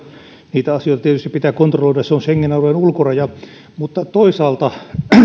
niitä asioita tietysti pitää kontrolloida se on schengen alueen ulkoraja mutta toisaalta